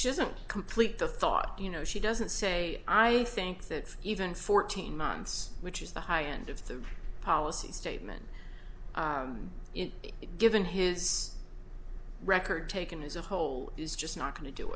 doesn't complete the thought you know she doesn't say i think that even fourteen months which is the high end of the policy statement given his record taken as a whole is just not going to do